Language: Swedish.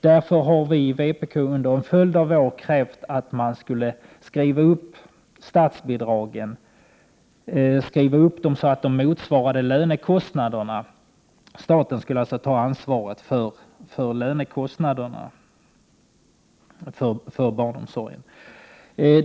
Därför har vpk under en följd av år krävt att statsbidragen skall utökas, så att de motsvarar lönekostnaderna, staten skall alltså ta ansvaret för lönekostnaderna inom barnomsorgen.